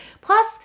Plus